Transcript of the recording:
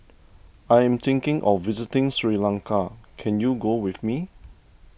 I am thinking of visiting Sri Lanka can you go with me